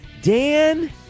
dan